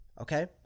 Okay